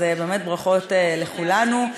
ברכות לכולנו,